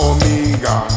Omega